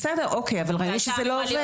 בסדר, אוקיי, אבל ראינו שזה לא עובד.